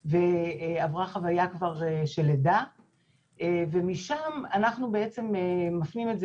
ועברה חוויה כבר של לידה ומשם אנחנו בעצם מפנים את זה